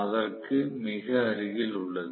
அதற்கு மிக அருகில் உள்ளது